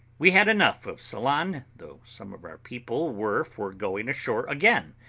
we had enough of ceylon, though some of our people were for going ashore again,